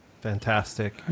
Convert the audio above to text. fantastic